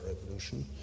Revolution